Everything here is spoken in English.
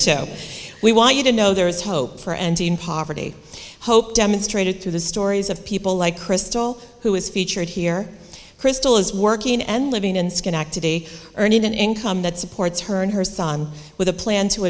to we want you to know there is hope for and poverty hope demonstrated through the stories of people like crystal who is featured here crystal is working and living in schenectady earning an income that supports her and her son with a plan to